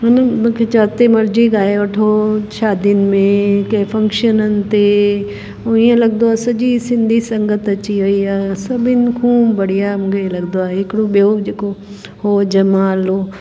हुनखे जिथे मर्जी ॻाए वठो शादियुनि में कंहिं फक्शननि ते उहा इहो लॻंदो आहे सॼी सिंधी संगत अची वयी आहे सभिनी ख़ूब वडिया मूंखे ई लॻंदो आहे हिकिड़ो ॿियो जेको हो जमालो